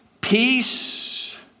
Peace